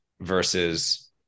versus